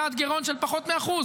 יעד גירעון של פחות מאחוז,